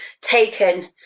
taken